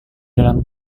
dalam